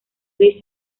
gris